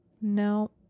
no